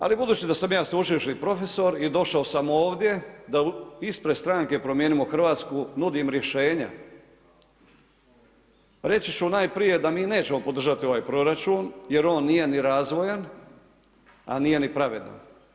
Ali budući da sam ja sveučilišni profesor i došao sam ovdje da ispred stranke Promijenimo Hrvatsku nudim rješenja, reći ću najprije da mi nećemo podržati ovaj proračun jer on nije ni razvojan a nije ni pravedan.